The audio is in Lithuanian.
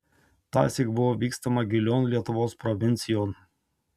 tąsyk buvo vykstama gilion lietuvos provincijon